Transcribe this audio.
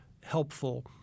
helpful